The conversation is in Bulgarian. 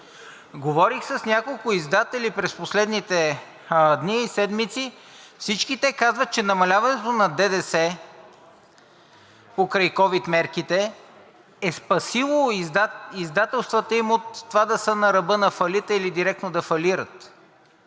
Говорих с няколко издатели през последните дни и седмици. Всички те казват, че намаляването на ДДС покрай ковид мерките е спасило издателствата им от това да са на ръба на фалита или директно да фалират.